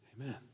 Amen